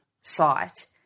site